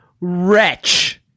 wretch